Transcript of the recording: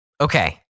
Okay